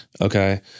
Okay